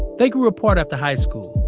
they grew apart at the high school.